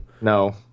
no